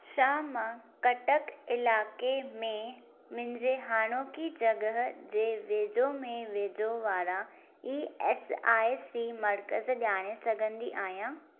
छा मां कटक इलाइक़े में मुंहिंजी हाणोकी जॻहि जे वेझो में वेझो वारा इ एस आई सी मर्कज़ ॼाणे सघंदी आहियां